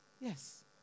Yes